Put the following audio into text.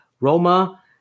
Roma